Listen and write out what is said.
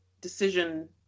decision